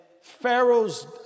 Pharaoh's